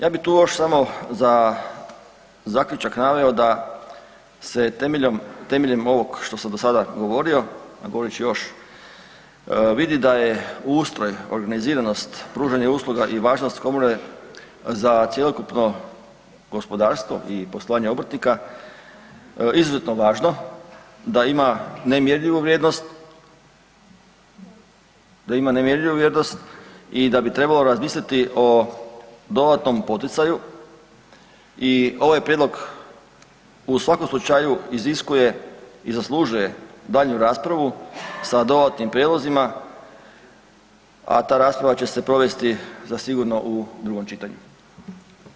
Ja bi tu još samo za zaključak naveo da se temeljem ovoga što sam do sada govorio, a govorit ću još, vidi da je ustroj organiziranost, pružanje usluga i važnost komore za cjelokupno gospodarstvo i poslovanje obrtnika izuzetno važno, da ima nemjerljivu vrijednost i da bi trebalo razmisliti o dodatnom poticaju i ovaj prijedlog u svakom slučaju iziskuje i zaslužuje daljnju raspravu sa dodatnim prijedlozima, a ta rasprava će se provesti zasigurno u drugom čitanju.